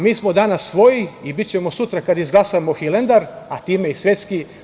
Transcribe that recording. Mi smo danas svoji i bićemo sutra, kada izglasamo Hilandar, a time i svetski.